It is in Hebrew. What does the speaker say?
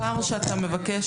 הפער שאתה מבקש,